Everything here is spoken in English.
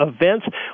events